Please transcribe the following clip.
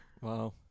Wow